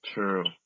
True